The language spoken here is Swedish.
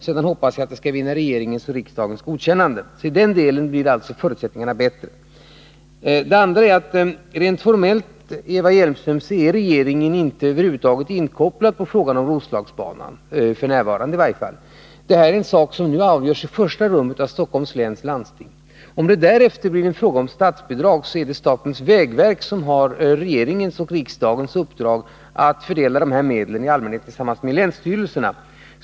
Sedan hoppas jag att det skall vinna regeringens och riksdagens godkännande. I den delen blir alltså förutsättningarna bättre. Rent formellt, Eva Hjelmström, är regeringen över huvud taget inte inkopplad på frågan om Roslagsbanan, inte f. n. i varje fall. Den avgörs i första rummet av Stockholms läns landsting. Om det därefter blir fråga om statsbidrag är det vägverket som har regeringens och riksdagens uppdrag att fördela de medlen, i allmänhet tillsammans med länsstyrelserna.